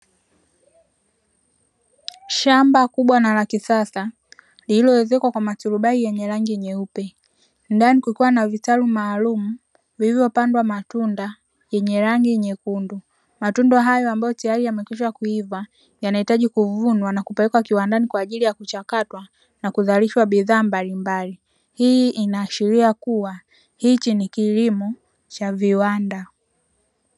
Shamba kubwa na la kisasa lililoezekwa kwa maturubai yenye rangi nyeupe, ndani kukiwa na vitalu maalumu vilivyo pandwa matunda yenye rangi nyekundu. Matunda hayo ambayo tayari yamekwisha kuiva, yanahitaji kuvunwa na kupelekwa kiwandani kwa ajili ya kuchakatwa na kuzalishwa bidhaa mbalimbali, hii inaashiria kuwa hichi ni kilimo cha viwanda.